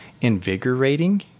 Invigorating